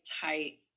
tight